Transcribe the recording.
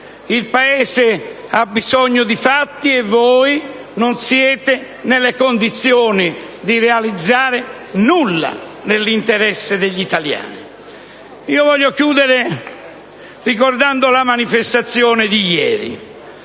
Il Paese ha bisogno di fatti e voi non siete nelle condizioni di realizzare alcunché nell'interesse degli italiani. Voglio chiudere ricordando la manifestazione di ieri.